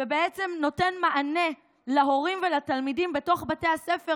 ובעצם נותן מענה להורים ולתלמידים בתוך בתי הספר,